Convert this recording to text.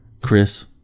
Chris